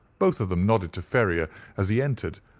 both of them nodded to ferrier as he entered,